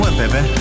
baby